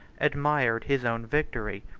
admired his own victory,